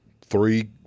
three